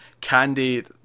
Candy